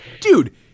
Dude